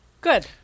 Good